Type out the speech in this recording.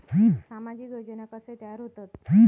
सामाजिक योजना कसे तयार होतत?